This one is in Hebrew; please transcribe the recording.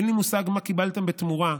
אין לי מושג מה קיבלתם בתמורה,